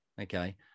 Okay